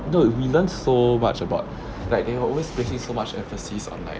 you know we learn so much about like they were always putting so much emphasis on like